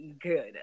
good